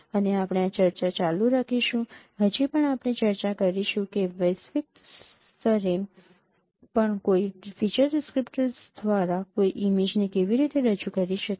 અને આપણે આ ચર્ચા ચાલુ રાખીશું હજી પણ આપણે ચર્ચા કરીશું કે વૈશ્વિક સ્તરે પણ કોઈ ફીચર ડિસ્ક્રીપ્ટર્સ દ્વારા કોઈ ઇમેજ ને કેવી રીતે રજૂ કરી શકાય